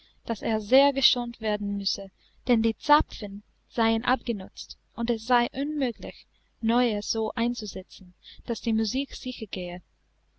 daß er sehr geschont werden müsse denn die zapfen seien abgenutzt und es sei unmöglich neue so einzusetzen daß die musik sicher